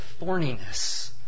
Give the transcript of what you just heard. thorniness